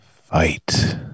Fight